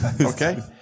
Okay